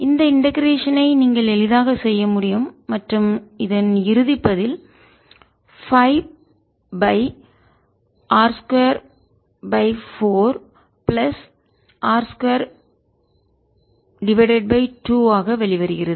இந்த இண்டெகரேஷன் ஐ நீங்கள் எளிதாக செய்ய முடியும் மற்றும் இறுதி பதில் 5 π R 24 பிளஸ் R 22 ஆக வெளிவருகிறது